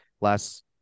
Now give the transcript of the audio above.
Last